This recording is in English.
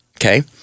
Okay